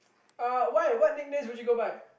uh why what nicknames would you go by